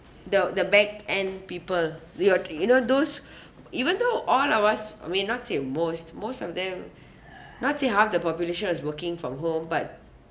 though the back and people we'd you know those even though all of us I mean not say most most of them not say half the population is working from home but